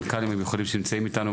המנכ"לים המיוחדים שנמצאים איתנו,